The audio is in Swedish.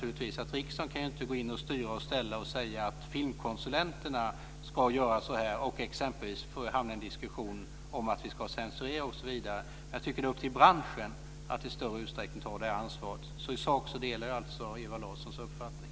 Riksdagen kan inte styra och ställa för att få filmkonsulenterna att göra på något visst sätt. Det kan hamna i en diskussion om censur osv. Jag tycker att det är upp till branschen att i större utsträckning ta detta ansvar. I sak delar jag dock Ewa Larssons uppfattning.